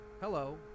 Hello